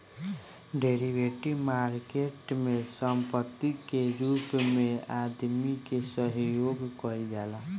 derivative market में संपत्ति के रूप में आदमी के सहयोग कईल जाला